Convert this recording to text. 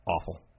Awful